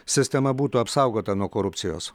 sistema būtų apsaugota nuo korupcijos